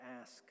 ask